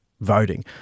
voting